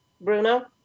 Bruno